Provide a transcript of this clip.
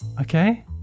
Okay